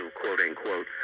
quote-unquote